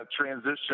transition